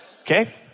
Okay